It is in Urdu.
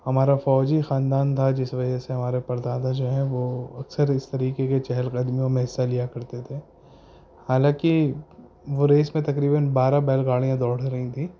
ہمارا فوجی خاندان تھا جس وجہ سے ہمارے پردادا جو ہیں وہ اکثر اس طریقے کے چہل قدمیوں میں حصہ لیا کرتے تھے حالانکہ وہ ریس میں تقریباً بارہ بیل گاڑیاں دوڑ رہی تھیں